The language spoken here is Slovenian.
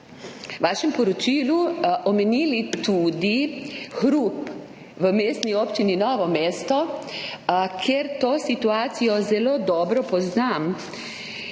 v svojem poročilu omenili tudi hrup v Mestni občini Novo mesto, ker to situacijo zelo dobro poznam,